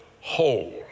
whole